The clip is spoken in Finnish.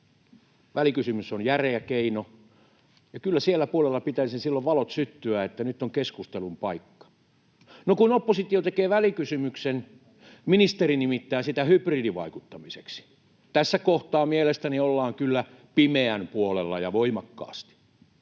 Välikysymys on järeä keino, ja kyllä siellä puolella pitäisi silloin valot syttyä, että nyt on keskustelun paikka. No, kun oppositio tekee välikysymyksen, ministeri nimittää sitä hybridivaikuttamiseksi. Tässä kohtaa mielestäni ollaan kyllä pimeän puolella ja voimakkaasti.